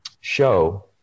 show